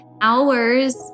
hours